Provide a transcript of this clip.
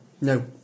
No